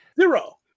Zero